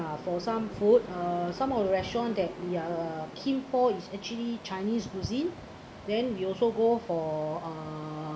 for some food uh some of the restaurant that we are keen for is actually chinese cuisine then we also go for uh